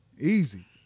easy